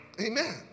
Amen